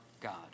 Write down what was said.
God